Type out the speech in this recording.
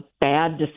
bad